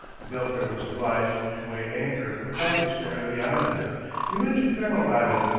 the governor was obliged to weigh anchor without exploring the island he went to ferro island,